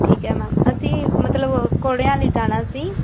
ਠੀਕ ਹੈ ਮੈਮ ਅਸੀਂ ਮਤਲਬ ਘੋੜਿਆਂ ਲਈ ਜਾਣਾ ਸੀ